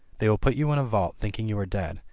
they will put you in a vault think ing you are dead,